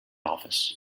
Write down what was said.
office